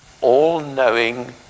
all-knowing